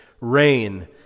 reign